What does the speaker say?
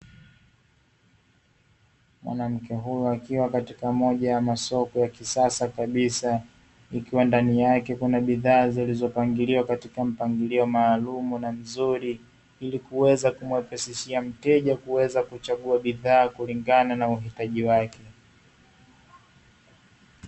Mwanamke huyu akiwa katika moja ya masoko ya kisasa kabisa, ikiwa ndani yake kuna bidhaa zilizo pangiliwa katika mpangilio maalumu na mzuri, ili kuweza kumwepesishia mteja kuweza kuchagua bidhaa kulingana na uhitaji wake.